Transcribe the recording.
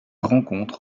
rencontre